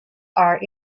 are